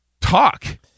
talk